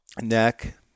neck